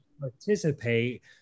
participate